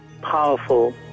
powerful